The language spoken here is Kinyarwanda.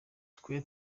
twe